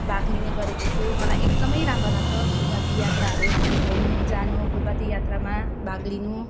भाग लिने गरेको छु मलाई एकदमै राम्रो लाग्छ फुलपाती यात्राहरू घुम्नु जानु फुलपाती यात्रामा भाग लिनु